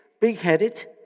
big-headed